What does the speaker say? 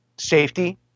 Safety